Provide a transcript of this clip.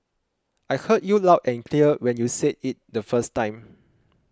I heard you loud and clear when you said it the first time